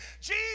Jesus